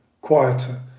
quieter